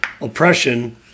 oppression